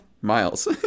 Miles